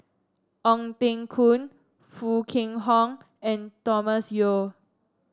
Ong Teng Koon Foo Kwee Horng and Thomas Yeo